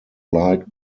like